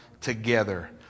together